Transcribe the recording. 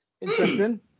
Interesting